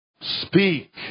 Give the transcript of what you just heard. speak